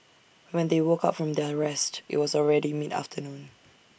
when they woke up from their rest IT was already mid afternoon